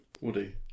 Woody